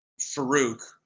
Farouk